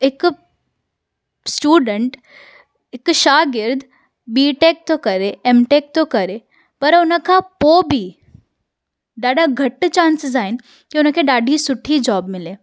हिकु स्टुडंट हिकु शागिर्दु बि टेक थो करे एम टेक थो करे पर हुन खां पोइ बि ॾाढा घटि चांसिस आहिनि की हुनखे ॾाढी सुठी जॉब मिले